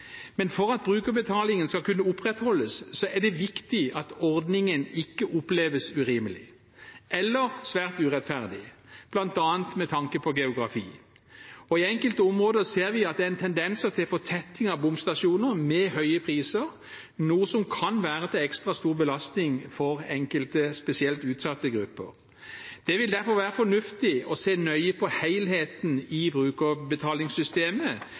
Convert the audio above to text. Men for at brukerbetalingen skal kunne opprettholdes, er det viktig at ordningen ikke oppleves urimelig eller svært urettferdig, bl.a. med tanke på geografi. I enkelte områder ser vi at det er tendenser til en fortetning av bomstasjoner med høye priser, noe som kan være til ekstra stor belastning for enkelte spesielt utsatte grupper. Det vil derfor være fornuftig å se nøye på helheten i brukerbetalingssystemet,